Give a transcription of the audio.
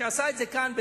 שנעשה כאן,